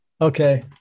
okay